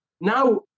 Now